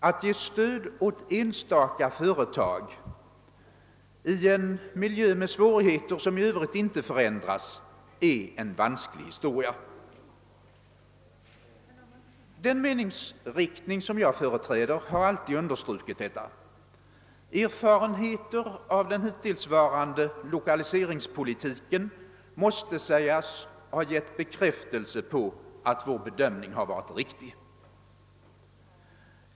Att ge stöd åt enstaka företag i en miljö med svårigheter som i Övrigt inte förändras, är en vansklig historia. Den meningsriktning som jag företräder har alltid understrukit detta. Erfarenheter av den hittillsvarande lokaliseringspolitiken måste sägas ha gett bekräftelse på att vår bedömning har varit riktig.